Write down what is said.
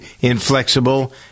inflexible